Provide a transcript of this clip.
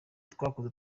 twakoze